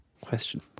Question